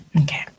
okay